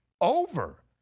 over